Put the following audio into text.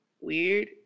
weird